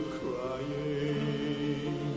crying